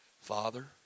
Father